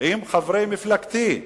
עם חברי מפלגתי,